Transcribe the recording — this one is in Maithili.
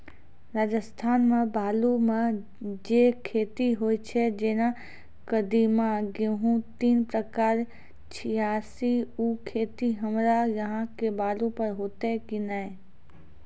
राजस्थान मे बालू मे जे खेती होय छै जेना कदीमा, गेहूँ तीन हजार छियासी, उ खेती हमरा यहाँ के बालू पर होते की नैय?